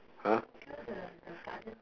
!huh!